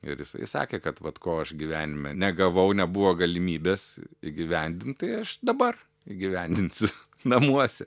ir jisai sakė kad vat ko aš gyvenime negavau nebuvo galimybės įgyvendint tai aš dabar įgyvendinsiu namuose